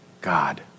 God